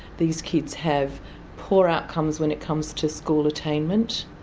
these kids have poor outcomes when it comes to school attainment,